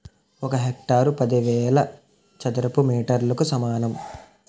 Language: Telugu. ఒక హెక్టారు పదివేల చదరపు మీటర్లకు సమానం